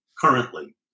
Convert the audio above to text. currently